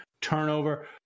turnover